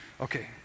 Okay